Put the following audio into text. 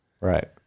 Right